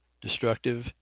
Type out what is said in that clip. destructive